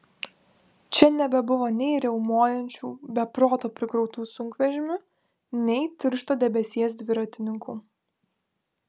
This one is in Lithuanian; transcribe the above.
čia nebebuvo nei riaumojančių be proto prikrautų sunkvežimių nei tiršto debesies dviratininkų